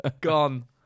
Gone